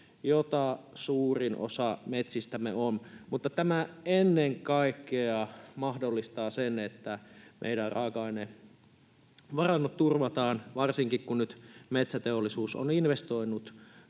joita suurin osa metsistämme on. Mutta tämä ennen kaikkea mahdollistaa sen, että meidän raaka-ainevarannot turvataan, varsinkin kun nyt metsäteollisuus on investoinut